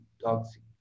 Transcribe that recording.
toxic